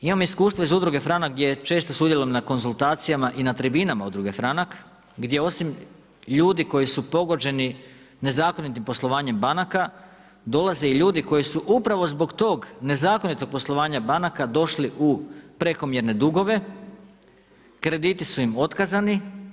Imam iskustvo iz Udruge Franak gdje često sudjelujem na konzultacijama i na tribinama Udruge Franak gdje osim ljudi koji su pogođeni nezakonitim poslovanjem banaka dolaze i ljudi koji su upravo zbog tog nezakonitog poslovanja banaka došli u prekomjerne dugove, krediti su im otkazani.